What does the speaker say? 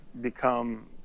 become